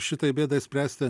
šitai bėdai spręsti